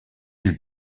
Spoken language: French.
lui